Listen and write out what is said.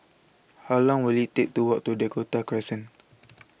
How Long Will IT Take to Walk to Dakota Crescent